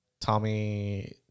Tommy